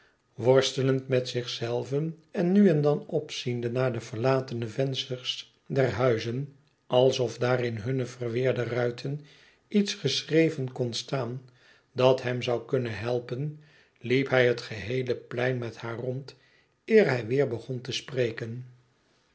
worstelend met zich zelven en nu en dan opziende naar de verlatene vensters der huizen alsof daar in hunne verweerde ruiten iets geschreven kon staan dat hem zou kunnen helpen liep hij het geheele plein met haar rond eer hij weer begon te spreken